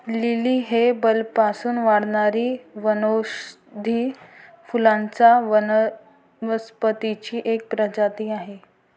lily ही बल्बपासून वाढणारी वनौषधी फुलांच्या वनस्पतींची एक प्रजाती आहे